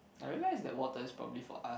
I realized that water is probably for us